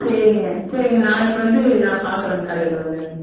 சரிங்க சரிங்க நாளைக்கு வந்து நான் பார்க்குறேன் கடையில் வந்துங்க